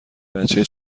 بچه